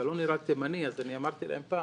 אתה לא נראה תימני, אז אני אמרתי להם פעם: